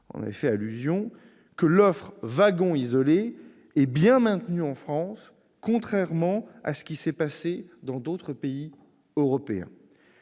y ont fait allusion -que l'offre « wagon isolé » est bien maintenue en France, contrairement à ce qui s'est passé dans d'autres pays européens.